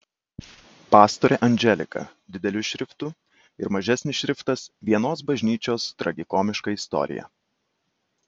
pastorė anželika dideliu šriftu ir mažesnis šriftas vienos bažnyčios tragikomiška istorija